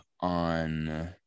on